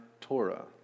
Torah